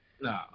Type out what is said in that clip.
No